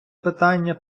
питання